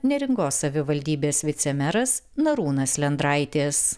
neringos savivaldybės vicemeras narūnas lendraitis